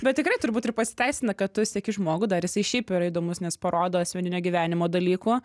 bet tikrai turbūt ir pasiteisina kad tu seki žmogų dar jisai šiaip yra įdomus nes parodo asmeninio gyvenimo dalykų